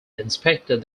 inspected